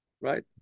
right